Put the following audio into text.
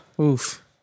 Oof